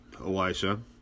Elisha